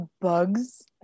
bugs